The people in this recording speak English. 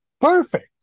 perfect